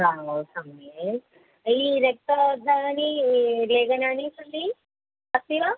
आव् सम्यक् अयि रक्तवर्णस्य लेखन्यः सन्ति अस्ति वा